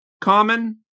common